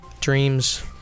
Dreams